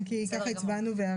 כן, כי ככה הצבענו.